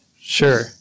Sure